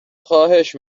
خواهش